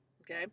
Okay